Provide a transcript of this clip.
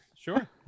Sure